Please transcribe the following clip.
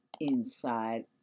Inside